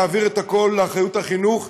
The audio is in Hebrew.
להעביר את הכול לאחריות החינוך,